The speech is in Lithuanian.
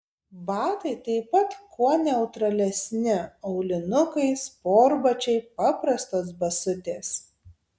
batai taip pat kuo neutralesni aulinukai sportbačiai paprastos basutės